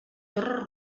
torres